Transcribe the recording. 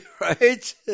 right